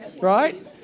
Right